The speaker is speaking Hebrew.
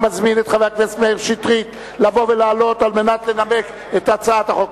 אני מזמין את חבר הכנסת מאיר שטרית לבוא ולעלות כדי לנמק את הצעת החוק.